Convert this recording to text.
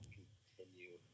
continue